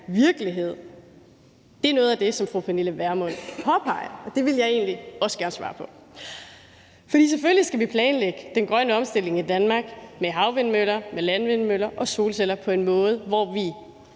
virkelighed er noget af det, som fru Pernille Vermund påpeger, og det vil jeg egentlig også gerne svare på. For selvfølgelig skal vi planlægge den grønne omstilling i Danmark med havvindmøller, med landvindmøller og solceller på en måde, så vi